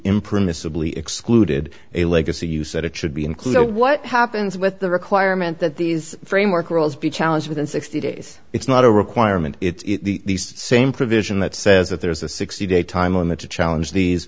impermissibly excluded a legacy you said it should be unclear what happens with the requirement that these framework rolls be challenged within sixty days it's not a requirement it's the same provision that says that there's a sixty day time limit to challenge these